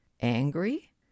angry